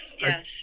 yes